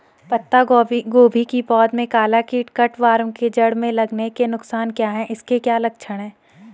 पत्ता गोभी की पौध में काला कीट कट वार्म के जड़ में लगने के नुकसान क्या हैं इसके क्या लक्षण हैं?